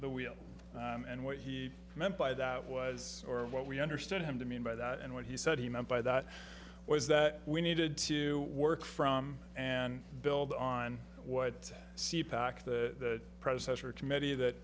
the wheel and what he meant by that was or what we understood him to mean by that and what he said he meant by that was that we needed to work from and build on what c pack the presidential committee that